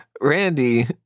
Randy